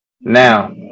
Now